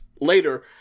later